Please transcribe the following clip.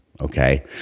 Okay